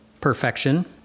Perfection